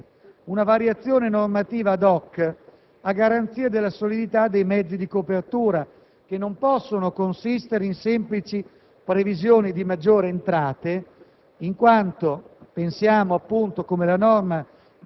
all'articolo 11-*ter,* richiede giustamente una variazione normativa *ad hoc* a garanzia della solidità dei mezzi di copertura che non possono consistere in semplici previsioni di maggiori entrate,